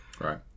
Right